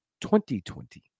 2020